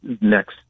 next